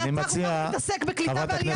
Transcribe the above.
הרי אתה כל-כך מתעסק בקליטה ועלייה,